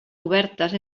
obertes